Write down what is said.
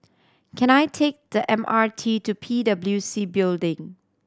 can I take the M R T to P W C Building